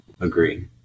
Agree